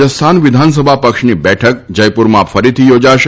રાજસ્થાન વિધાનસભા પક્ષની બેઠક જયપુરમાં ફરીથી યોજાશે